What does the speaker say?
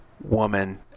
woman